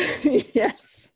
yes